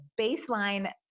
baseline